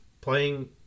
playing